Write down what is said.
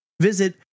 Visit